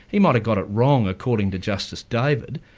he might have got it wrong according to justice david,